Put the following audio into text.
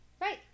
Right